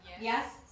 Yes